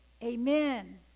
Amen